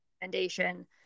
Recommendation